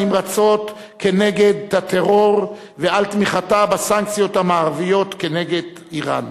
הנמרצות נגד הטרור ועל תמיכתם בסנקציות המערביות נגד אירן.